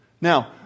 Now